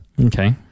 okay